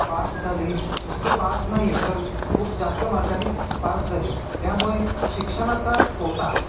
pass झाली नुसते pass नाही तर खूप जास्त मार्कांनी पास झाली यामुळे शिक्षणाचा तोटा